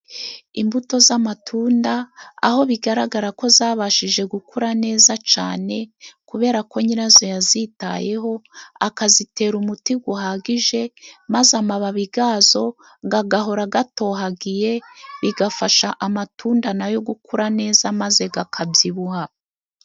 Imbuto z'amatunda aho bigaragara ko zabashije gukura neza cyane kubera ko nyirazo yazitayeho akazitera umuti uhagije maze amababi yazo agahora atohagiye bigafasha amatunda na yo gukura neza maze akabyibuha.